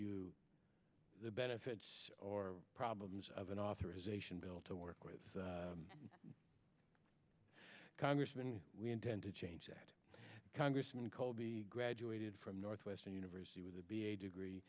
you the benefits or problems of an authorization bill to work with congressman we intend to change that congressman cole be graduated from northwestern university with a b a degree